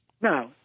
No